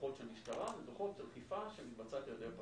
דוחות של משטרה לדוחות אכיפה שמתבצעת על ידי פקחים.